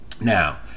Now